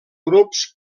grups